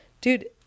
Dude